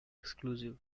exclusive